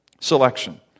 selection